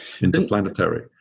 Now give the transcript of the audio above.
interplanetary